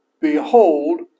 behold